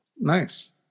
Nice